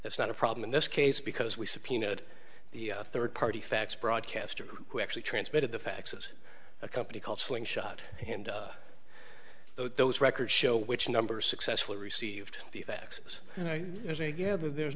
that's not a problem in this case because we subpoenaed the third party fax broadcaster who actually transmitted the faxes a company called slingshot and those records show which number successfully received the facts and i gather there's